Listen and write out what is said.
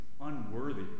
unworthy